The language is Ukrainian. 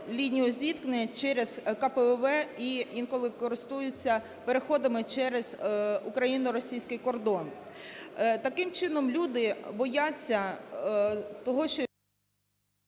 лінію зіткнень через КПП і інколи користуються переходами через україно-російський кордон. Таким чином, люди бояться того, що…